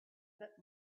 bit